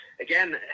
again